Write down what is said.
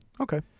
Okay